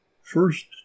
first